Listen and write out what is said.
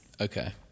Okay